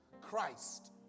Christ